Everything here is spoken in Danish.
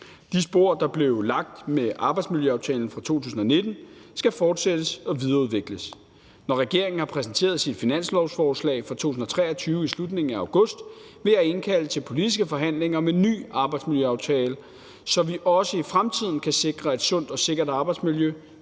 De spor, der blev lagt med arbejdsmiljøaftalen fra 2019, skal fortsættes og videreudvikles. Når regeringen har præsenteret sit finanslovsforslag for 2023 i slutningen af august, vil jeg indkalde til politiske forhandlinger om en ny arbejdsmiljøaftale, så vi også i fremtiden kan sikre et sundt og sikkert arbejdsmiljø